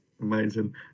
Amazing